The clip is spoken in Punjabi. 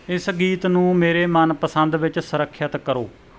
ਇਸ ਗੀਤ ਨੂੰ ਮੇਰੇ ਮਨਪਸੰਦ ਵਿੱਚ ਸੁਰੱਖਿਅਤ ਕਰੋ